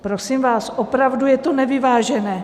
Prosím vás, opravdu je to nevyvážené.